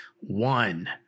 one